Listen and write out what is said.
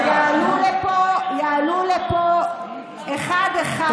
יעלו לפה אחד-אחד,